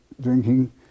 drinking